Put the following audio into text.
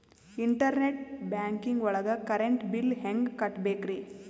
Internet banking ಒಳಗ್ current bill ಹೆಂಗ್ ಕಟ್ಟ್ ಬೇಕ್ರಿ?